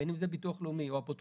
בין אם זה ביטוח לאומי או אפוטרופוס.